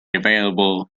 available